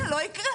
זה לא יקרה.